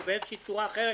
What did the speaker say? או באיזו צורה אחרת,